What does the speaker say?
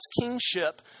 kingship